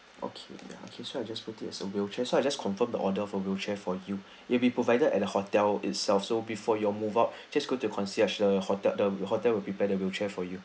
okay okay so I just put it a wheelchair so I just confirm the order for wheelchair for you it will be provided at the hotel itself so before you all move out just go to the concierge the hotel the hotel will prepare the wheelchair for you